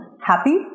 Happy